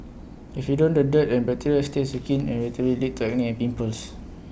if you don't the dirt and bacteria that stays your skin and regularly turning and pimples